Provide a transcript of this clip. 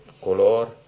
color